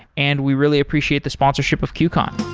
and we really appreciate the sponsorship of qcon.